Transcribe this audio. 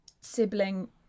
sibling